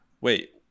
wait